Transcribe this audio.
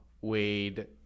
Wade